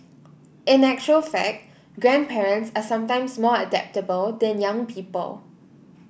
in actual fact grandparents are sometimes more adaptable than young people